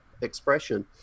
expression